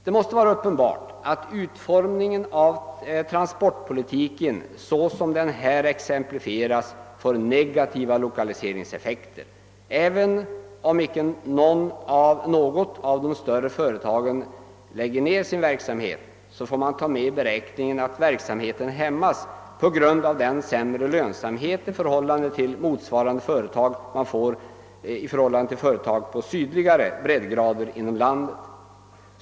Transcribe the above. Det måste vara uppenbart att utformningen av transportpolitiken, såsom den här exemplifierats, får negativa lokalise ringseffekter. även om icke något av de större företagen lägger ned sin verksamhet, får man ta med i beräkningen att verksamheten hämmas på grund av sämre lönsamhet i förhållande till motsvarande företag på sydligare breddgrader inom landet.